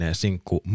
sinkku